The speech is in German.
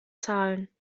zahlen